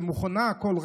שמוכנה לכול,